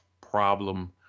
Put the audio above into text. problem